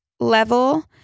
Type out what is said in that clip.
level